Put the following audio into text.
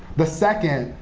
the second,